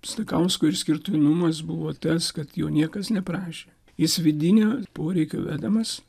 stakausko išskirtinumas buvo tas kad jo niekas neprašė jis vidinio poreikio vedamas